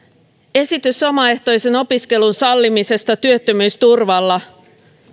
esitys omaehtoisen opiskelun sallimisesta työttömyysturvalla